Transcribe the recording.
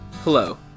Hello